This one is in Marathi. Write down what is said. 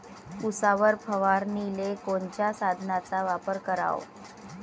उसावर फवारनीले कोनच्या साधनाचा वापर कराव?